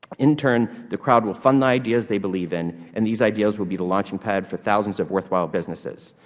in turn, the crowd will fund ideas they believe in and these ideas will be the launching pad for thousands of worthwhile businesses.